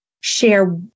share